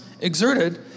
exerted